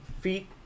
feet